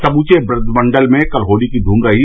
समूचे ब्रज मण्डल में कल होली की धूम रही